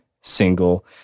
single